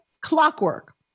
clockwork